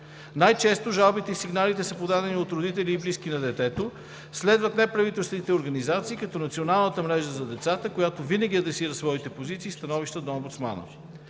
Най-често жалбите и сигналите са подадени от родители и близки на детето, следват неправителствените организации, като Националната мрежа за децата, която винаги адресира своите позиции и становища до омбудсмана.